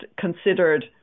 considered